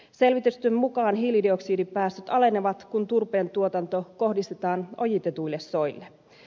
selvitysten mukaan hiilidioksidipäästöt alenevat kun turpeen tuotanto kohdistetaan ojitetuille soille